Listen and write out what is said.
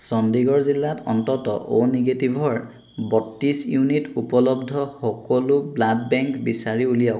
চণ্ডীগড় জিলাত অন্ততঃ অ' নিগেটিভৰ বত্ৰিছ ইউনিট উপলব্ধ সকলো ব্লাড বেংক বিচাৰি উলিয়াওক